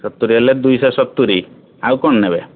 ସତୁରି ହେଲେ ଦୁଇଶହ ସତୁରି ଆଉ କ'ଣ ନେବେ